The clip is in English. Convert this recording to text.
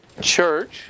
church